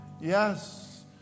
Yes